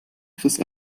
chris